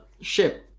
ship